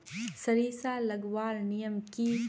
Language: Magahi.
सरिसा लगवार नियम की?